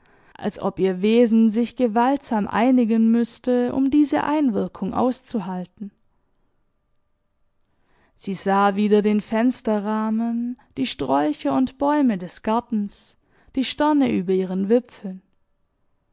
als ob ihr wesen sich gewaltsam einigen müßte um diese einwirkung auszuhalten sie sah wieder den fensterrahmen die sträucher und bäume des gartens die sterne über ihren wipfeln